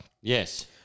Yes